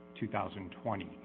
2020